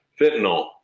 fentanyl